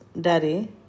daddy